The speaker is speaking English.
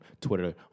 Twitter